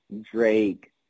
Drake